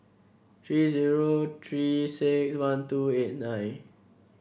three zero Three six one two eight nine